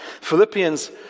Philippians